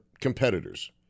competitors